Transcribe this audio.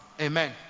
Amen